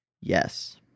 Yes